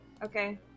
Okay